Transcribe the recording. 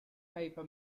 paper